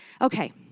Okay